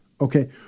okay